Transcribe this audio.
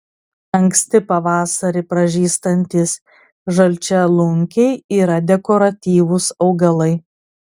anksti pavasarį pražystantys žalčialunkiai yra dekoratyvūs augalai